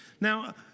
Now